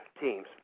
teams